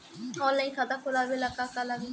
Online खाता खोलबाबे ला का का लागि?